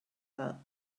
that